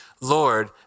Lord